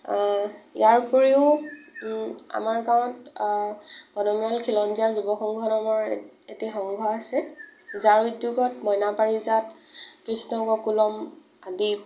ইয়াৰ উপৰিও আমাৰ গাঁৱত কদমীয়াল খিলঞ্জীয়া যুৱ সংঘ নামৰ এতি সংঘ আছে যাৰ উদ্যোগত মইনা পাৰিজাত কৃষ্ণ গকুলম আদি